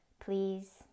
please